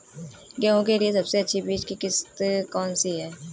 गेहूँ के लिए सबसे अच्छी बीज की किस्म कौनसी है?